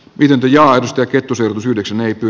wilby ja ajosta kettusella yhdeksän hyppy